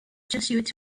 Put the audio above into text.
jesuit